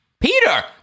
Peter